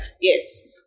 yes